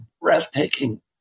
breathtaking